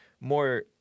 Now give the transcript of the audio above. more